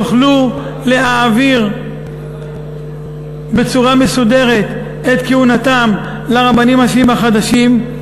יוכלו להעביר בצורה מסודרת את כהונתם לרבנים הראשיים החדשים.